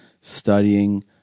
studying